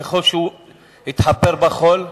ככל שהוא התחפר בחול,